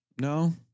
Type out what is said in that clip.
No